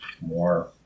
more